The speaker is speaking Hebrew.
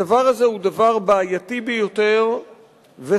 הדבר הזה הוא דבר בעייתי ביותר וחמור,